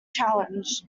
challenge